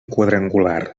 quadrangular